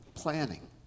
planning